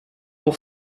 pour